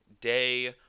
Day